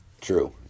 true